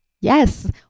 Yes